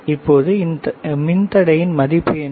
இப்போது இந்த மின்தடையின் மதிப்பு என்ன